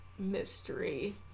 mystery